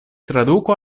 traduko